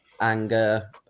anger